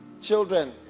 children